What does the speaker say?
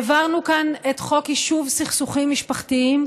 העברנו כאן את חוק יישוב סכסוכים משפחתיים,